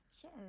Sure